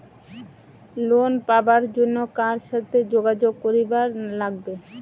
Loan পাবার জন্যে কার সাথে যোগাযোগ করিবার লাগবে?